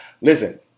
Listen